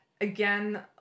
again